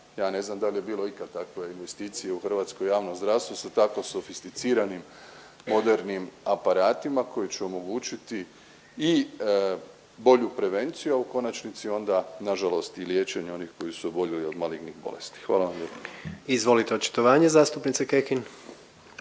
Ja ne znam da li je bilo ikad takve investicije u hrvatskom javnom zdravstvu sa tako sofisticiranim modernim aparatima koji će omogućiti i bolju prevenciju, a u konačnici onda na žalost i liječenje onih koji su oboljeli od malignih bolesti. Hvala vam lijepo. **Jandroković, Gordan